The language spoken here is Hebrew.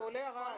כל הערה.